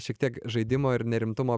šiek tiek žaidimo ir nerimtumo